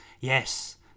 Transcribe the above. yes